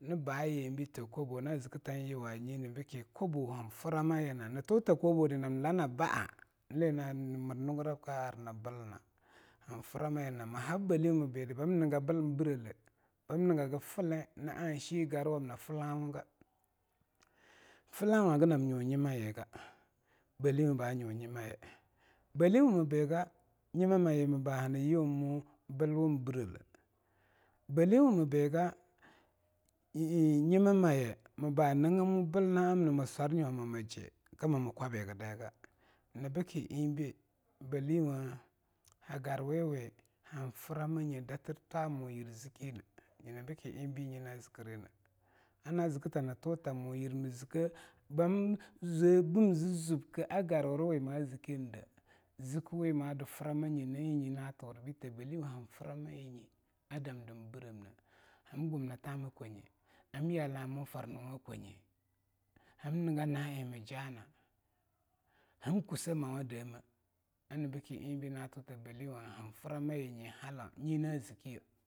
Nii, baa yambi ta kobo na zikkitan yuwang nyine bikki kobo han frama yinna nii tuta kobo dii nam laa naa ba'ah lii mir lungurab kaa arna baah han framayina, mii hab belliwu mii biida bam nigga bil birrelaag bam nigagi filli na ag shea garwanina fealanguwuga fealangwa gii nab nyu nyima yiga belliwo ba nyu nyimaye belliwo bega nyimama ye hani yuwumwu bilwung birrelle bealeagwo mii bega nyii-nyima ma ye mii baa biggi nyima maye mii baa niggimwu bilwaang mii swar nyoma mii zjea, kama mii kwabiga nyana bikibii eing bealiangwo ha garwewi han frama nye datir, twa mu yir zikkine nyina bikki eingbe nyina zikirineh ana zikkita ni tuta mu yir mii zirkke bam zwea bim zii zubke a garwurawi ma zikkinide zikkiwe ma du framanye na eing nyina turi be ta bealiangwo han frama nyine a damda birreme hamgumnina thama kwanye am yalamu farnuwa kwanye ham niggah na eing mii jaa naa ham kusseh mawa deameh ana bikki eing be na thuta bealiangwo han frama yii nye hammo nyina zikkiyeag.